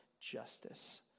justice